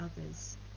others